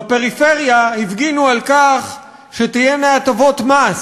בפריפריה הפגינו שתהיינה הטבות מס